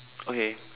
okay